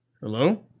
Hello